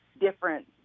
different